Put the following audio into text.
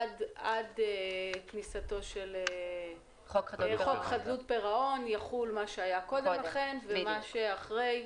עד כניסתו של חוק חדלות פירעון יחול מה שהיה קודם לכן; ומה שאחרי